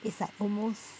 it's like almost